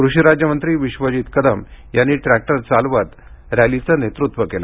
कृषी राज्यमंत्री विश्वजित कदम यांनी ट्रॅक्टर चालवत रॅलीचं नेतृत्व केलं